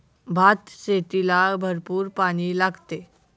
भातशेतीला भरपूर पाणी लागते